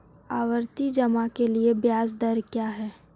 आवर्ती जमा के लिए ब्याज दर क्या है?